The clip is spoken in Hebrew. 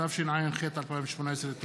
התשע"ח 2018. תודה.